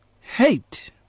hate